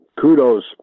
Kudos